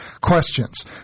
questions